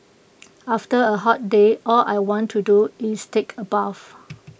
after A hot day all I want to do is take A bath